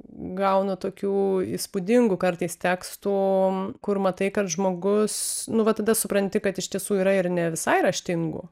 gaunu tokių įspūdingų kartais tekstų kur matai kad žmogus nu va tada supranti kad iš tiesų yra ir ne visai raštingų